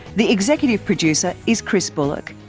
the executive producer is chris bullock,